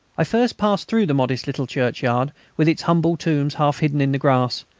i first passed through the modest little churchyard, with its humble tombs half hidden in the grass,